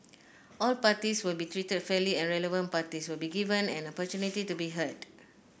all parties will be treated fairly and relevant parties will be given an opportunity to be heard